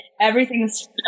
Everything's